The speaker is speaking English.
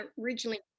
originally